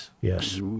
Yes